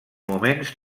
moments